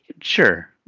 Sure